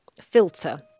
filter